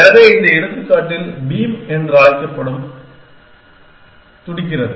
எனவே இந்த எடுத்துக்காட்டில் பீம் என அழைக்கப்படும் துடிக்கிறது